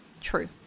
true